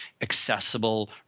accessible